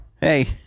hey